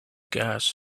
gas